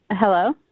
Hello